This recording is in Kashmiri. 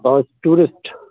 بہٕ حظ چھُس ٹیٛوٗرِسٹہٕ